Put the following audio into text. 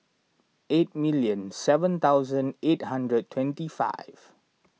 eight million seven thousand eight hundred twenty five